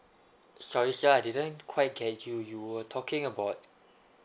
sorry sir I didn't quite catch you you were talking about